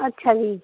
ਅੱਛਾ ਜੀ